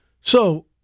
So-